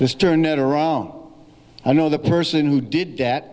this turn it around i know the person who did that